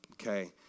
okay